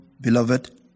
beloved